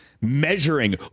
Measuring